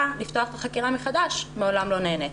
לפתוח את החקירה מחדש מעולם לא נעניתי.